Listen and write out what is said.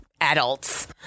adults